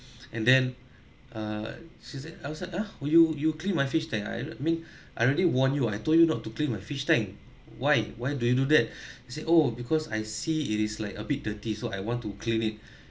and then err she said I was like ah you you clean my fish tank I mean I already warned you I told you not to clean my fish tank why why do you do that she said oh because I see it is like a bit dirty so I want to clean it